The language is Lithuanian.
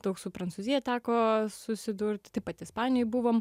daug su prancūzija teko susidurt taip pat ispanijoj buvom